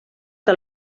que